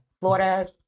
Florida